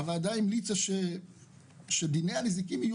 הוועדה הנ"ל המליצה דיני הנזיקין יהיו